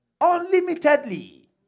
unlimitedly